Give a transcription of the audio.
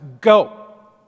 Go